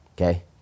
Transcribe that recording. okay